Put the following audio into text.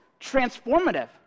transformative